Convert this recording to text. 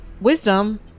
wisdom